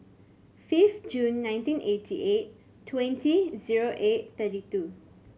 fifth June nineteen eighty eight twenty zero eight thirty two